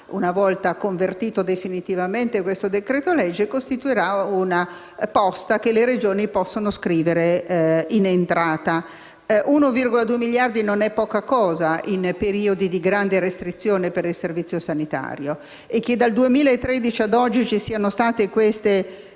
una volta convertito definitivamente il decreto-legge in esame - una posta che le Regioni possono scrivere in entrata; 1,2 miliardi di euro non sono poca cosa, in periodi di grande restrizione per il Servizio sanitario. Che dal 2013 ad oggi ci siano state queste